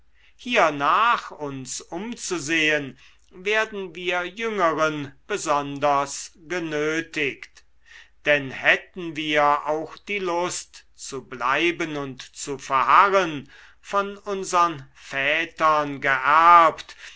hiernach uns umzusehen werden wir jüngeren besonders genötigt denn hätten wir auch die lust zu bleiben und zu verharren von unsern vätern geerbt